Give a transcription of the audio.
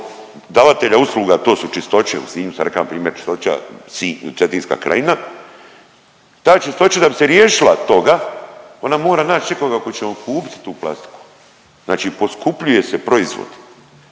davatelja usluga, to su Čistoće, u Sinju sam reka npr. Čistoća cetinska krajina, ta Čistoća da bi se riješila toga ona mora nać nekoga koji će mu otkupiti tu plastiku, znači poskupljuje se proizvod,